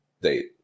date